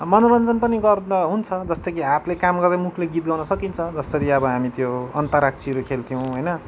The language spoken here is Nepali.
मनोरञ्जन पनि गर्दा हुन्छ जस्तो कि हातले काम गर्दै मुखले गीत गाउन सकिन्छ जसरी अब हामी त्यो अन्ताक्षरीहरू खेल्थ्यौँ होइन